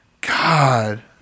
God